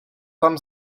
tam